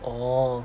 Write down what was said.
orh